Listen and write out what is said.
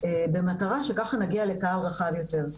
במטרה שככה נגיע לקהל רחב יותר.